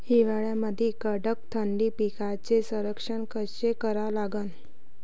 हिवाळ्यामंदी कडक थंडीत पिकाचे संरक्षण कसे करा लागन?